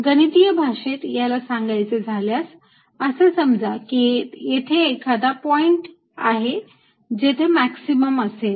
गणितीय भाषेत याला सांगायचे झाल्यास असे समजा कि येथे एखादा पॉईंट आहे जेथे मॅक्झिमम असेल